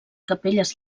capelles